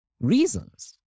reasons